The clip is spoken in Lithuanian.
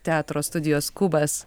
teatro studijos kubas